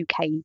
UK